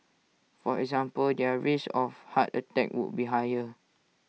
for example their risk of heart attacks would be higher